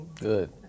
Good